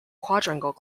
quadrangle